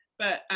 but,